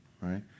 right